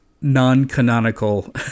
non-canonical